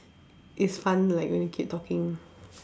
it's fun like when you keep talking